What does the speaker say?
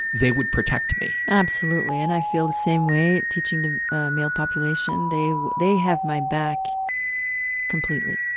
they would protect me. absolutely and i feel the same way teaching the male population. they they have my back completely.